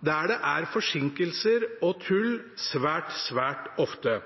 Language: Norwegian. der det er forsinkelser og tull svært, svært ofte.